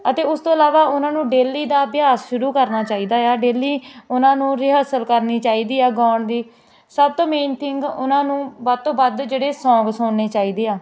ਅਤੇ ਉਸ ਤੋਂ ਇਲਾਵਾ ਉਹਨਾਂ ਨੂੰ ਡੇਲੀ ਦਾ ਅਭਿਆਸ ਸ਼ੁਰੂ ਕਰਨਾ ਚਾਹੀਦਾ ਆ ਡੇਲੀ ਉਹਨਾਂ ਨੂੰ ਰਿਹਾਸਲ ਕਰਨੀ ਚਾਹੀਦੀ ਆ ਗਾਉਣ ਦੀ ਸਭ ਤੋਂ ਮੇਨ ਥਿੰਗ ਉਹਨਾਂ ਨੂੰ ਵੱਧ ਤੋਂ ਵੱਧ ਜਿਹੜੇ ਸੌਂਗ ਸੁਣਨੇ ਚਾਹੀਦੇ ਆ